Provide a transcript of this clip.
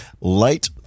light